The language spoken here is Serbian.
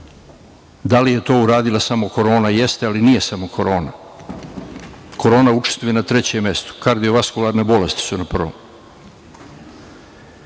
Da li je to uradila samo korona? Jeste, ali nije samo korona. Korona učestvuje na trećem mestu, kardiovaskularne bolesti su na prvom. Da